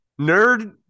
nerd